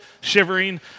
shivering